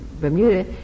Bermuda